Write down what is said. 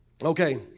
Okay